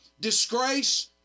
disgrace